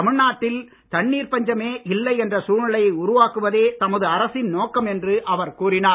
தமிழ்நாட்டில் தண்ணீர் பஞ்சமே இல்லை என்ற சூழ்நிலையை உருவாக்குதே தமது அரசின் நோக்கம் என்று அவர் கூறினார்